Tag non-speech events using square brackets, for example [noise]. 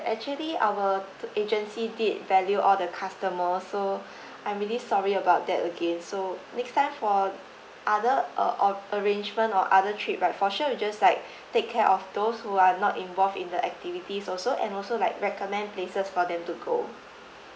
actually our agency did value all the customers so [breath] I'm really sorry about that again so next time for other uh o~ arrangement or other trip right for sure we just like take care of those who are not involve in the activities also and also like recommend places for them to go